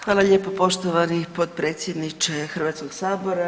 Hvala lijepo poštovani potpredsjedniče Hrvatskoga sabora.